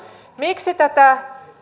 miksi tätä